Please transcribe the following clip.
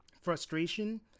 frustration